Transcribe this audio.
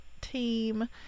team